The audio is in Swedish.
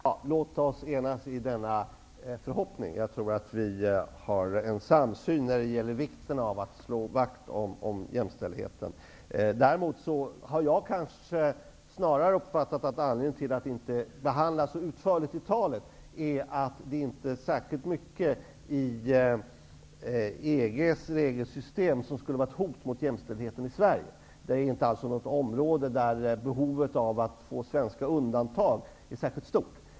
Herr talman! Låt oss enas i denna förhoppning. Jag tror att vi har en samsyn när det gäller vikten av att slå vakt om jämställdheten. Däremot har jag snarare uppfattat det som om anledningen till att jämställdhetsfrågan inte behandlas så utförligt i talet är att det inte är särskilt mycket i EG:s regelsystem som skulle vara ett hot mot jämställdheten i Sverige. Det är inte ett område där behovet av svenska undantag är särskilt stort.